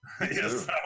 Yes